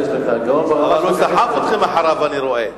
הוא סחף אתכם אחריו, אני רואה.